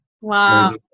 Wow